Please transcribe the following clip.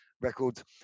records